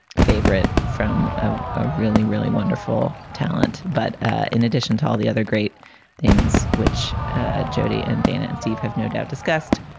favorite from a really, really wonderful talent but ah in addition to all the other great things which jody and dana and steve have no doubt discussed.